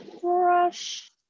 brush